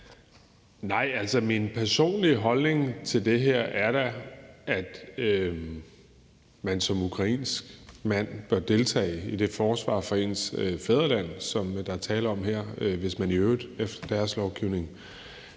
Nej. Min personlige holdning til det her er da, at man som ukrainsk mand bør deltage i det forsvar for ens fædreland, som der er tale om her, hvis man i øvrigt efter deres lovgivning